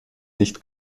nicht